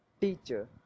Teacher